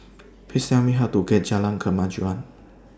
Please Tell Me How to get to Jalan Kemajuan